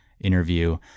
interview